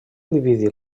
dividí